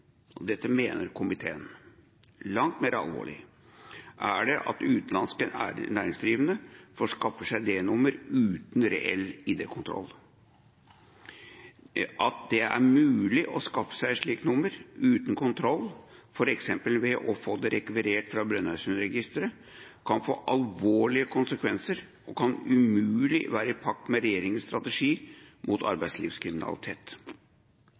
og dette mener komiteen, er det at utenlandske næringsdrivende får skaffe seg D-nummer uten reell ID-kontroll. At det er mulig å skaffe seg et slikt nummer uten kontroll, f.eks. ved å få det rekvirert fra Brønnøysundregistrene, kan få alvorlige konsekvenser og kan umulig være i pakt med regjeringens strategi mot arbeidslivskriminalitet.